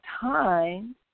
time